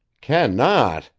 can not!